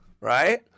Right